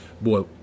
boy